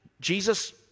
Jesus